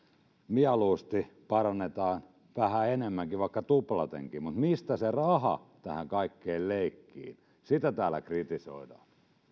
mieluusti parannamme vähän enemmänkin vaikka tuplatenkin mutta mistä se raha tähän kaikkeen leikkiin sitä täällä kritisoidaan